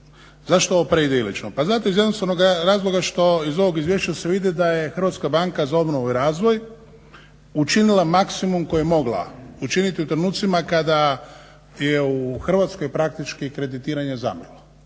zašto ovo preidilično? Pa zato iz jednostavnoga razloga što iz ovog izvješća se vidi da je HBOR učinila maksimum koji je mogla učiniti u trenucima kada je u Hrvatskoj praktički kreditiranje zamrlo,